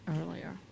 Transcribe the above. earlier